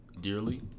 dearly